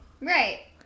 Right